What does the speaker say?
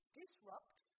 disrupt